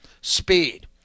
speed